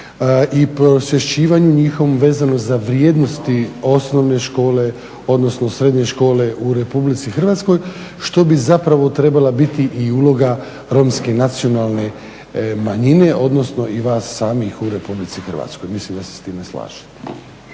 i prosvješćivanju njihovom vezano za vrijednosti osnovne škole, odnosno srednje škole u RH što bi zapravo trebala biti i uloga romske nacionalne manjine odnosno i vas samih u RH. Mislim da se s time slažete.